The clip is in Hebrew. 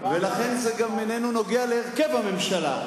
ולכן זה גם איננו נוגע להרכב הממשלה,